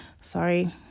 Sorry